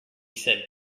said